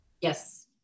Yes